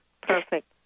perfect